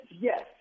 Yes